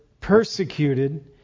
persecuted